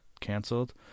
canceled